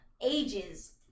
ages